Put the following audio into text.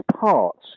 parts